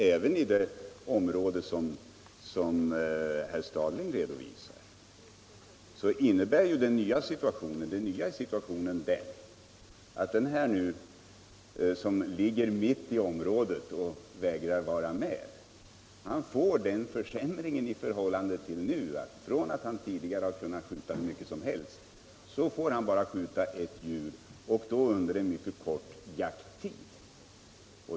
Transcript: Även i det område som herr Stadling redovisar blir det nya i situationen att den som ligger mitt i området och vägrar vara med får den försämringen — i förhållande till nuläget — att han, från att ha kunnat skjuta hur mycket som helst, bara kommer att få skjuta ett djur, och då under mycket kort tid.